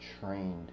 trained